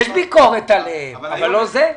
יש ביקורת עליהם, אבל לא זה.